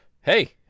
hey